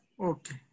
Okay